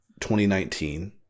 2019